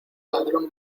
ladrón